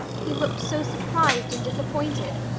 he looked so surprised and disappointed.